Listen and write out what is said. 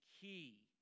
key